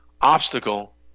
obstacle